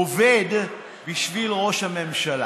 עובד בשביל ראש הממשלה,